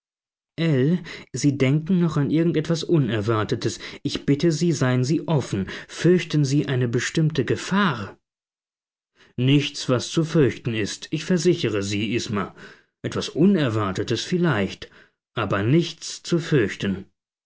sie denken noch an irgend etwas unerwartetes ich bitte sie seien sie offen fürchten sie eine bestimmte gefahr nichts was zu fürchten ist ich versichere sie isma etwas unerwartetes vielleicht aber nichts zu fürchten